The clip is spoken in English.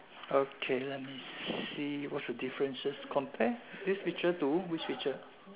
okay let me see what's the differences compare this picture to which picture